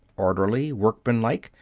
orderly, workmanlike,